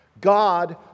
God